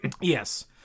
Yes